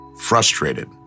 Frustrated